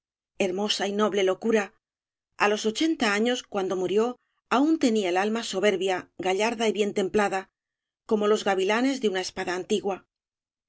hermosa y noble locura a los ochenta años cuando murió aún tema el alma soberbia gallarda y bien templada como los gavilanes de una espada antigua